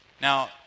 Now